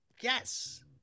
yes